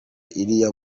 iriya